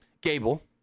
Gable